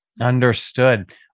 Understood